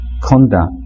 conduct